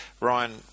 Ryan